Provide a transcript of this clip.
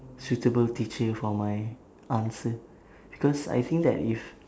suitable teacher for my answer because I think that if